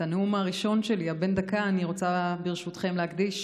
את הנאום הראשון שלי בן הדקה אני רוצה ברשותכם להקדיש